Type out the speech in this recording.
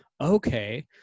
okay